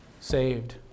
saved